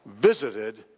visited